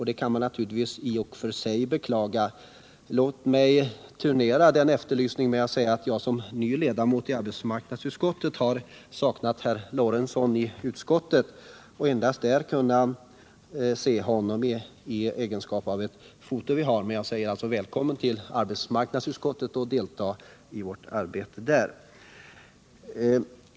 Det kan man naturligtvis i och för sig beklaga att de hade gjort, men låt mig turnera den efterlysningen med att säga att jag som ny ledamot i arbetsmarknadsutskottet har saknat Gustav Lorentzon och där endast kunnat se honom på ett foto. Men jag säger: Välkommen att delta i vårt arbete i arbetsmarknadsutskottet!